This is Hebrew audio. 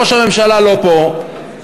ראש הממשלה לא פה,